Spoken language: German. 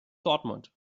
dortmund